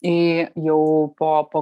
į jau po po